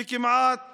כמעט